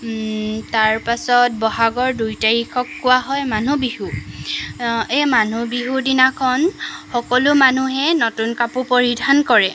তাৰপাছত বহাগৰ দুই তাৰিখক কোৱা হয় মানুহ বিহু এই মানুহ বিহু দিনাখন সকলো মানুহে নতুন কাপোৰ পৰিধান কৰে